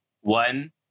one